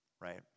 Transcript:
right